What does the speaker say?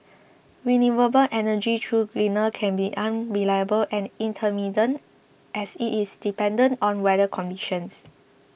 renewable energy though greener can be unreliable and intermittent as it is dependent on weather conditions